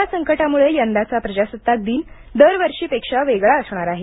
corona संकटामुळे यंदाचा प्रजासत्ताक दिन दर वर्षीपेक्षा वेगळा असणार आहे